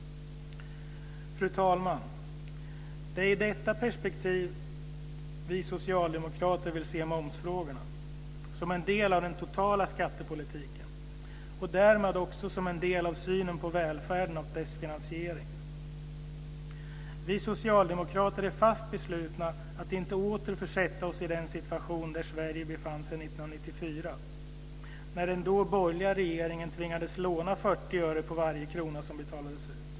Fru talman! Det är i detta perspektiv vi socialdemokrater vill se momsfrågorna - som en del av den totala skattepolitiken och därmed också som en del av synen på välfärden och dess finansiering. Vi socialdemokrater är fast beslutna att inte åter försätta oss i den situation där Sverige befann sig 1994, när den borgerliga regeringen tvingades låna 40 öre på varje krona som betalades ut.